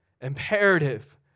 imperative